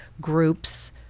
groups